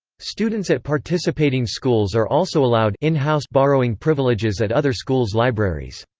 students at participating schools are also allowed in-house borrowing privileges at other schools' libraries.